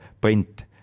print